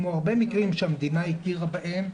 כמו הרבה מקרים שהמדינה הכירה בהם,